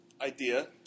idea